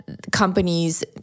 Companies